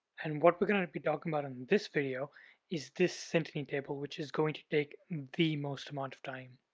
and what we're going to be talking about in this video is this synteny table which is going to take the most amount of time.